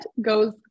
goes